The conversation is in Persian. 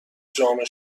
جامعه